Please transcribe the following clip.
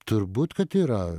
turbūt kad yra